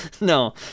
No